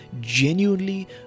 genuinely